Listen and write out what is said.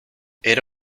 era